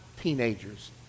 teenagers